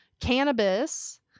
cannabis